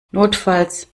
notfalls